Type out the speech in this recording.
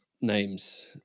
names